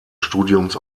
studiums